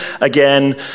again